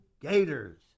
Gators